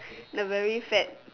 the very fat